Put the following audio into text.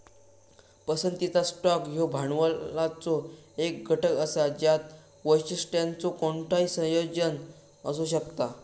पसंतीचा स्टॉक ह्यो भांडवलाचो एक घटक असा ज्यात वैशिष्ट्यांचो कोणताही संयोजन असू शकता